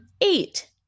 Eight